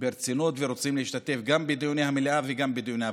ברצינות ורוצים להשתתף גם בדיוני המליאה וגם בדיוני הוועדות.